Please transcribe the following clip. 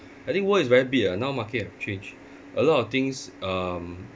I think world is very big ah now market have change a lot of things um